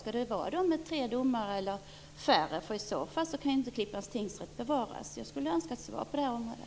Skall det vara de med tre domare eller färre? I så fall kan inte Klippans tingsrätt bevaras. Jag önskar svar på det här området.